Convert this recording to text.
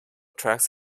tracks